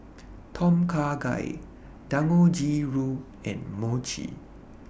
Tom Kha Gai Dangojiru and Mochi